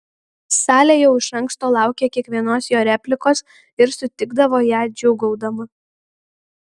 salė jau iš anksto laukė kiekvienos jo replikos ir sutikdavo ją džiūgaudama